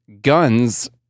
Guns